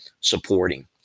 supporting